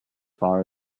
far